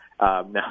Now